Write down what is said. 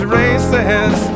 races